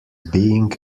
being